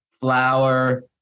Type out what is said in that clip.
flour